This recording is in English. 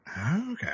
Okay